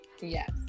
Yes